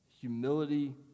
humility